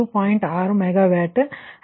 6 megawatt ಅಲ್ಲಿ P2 2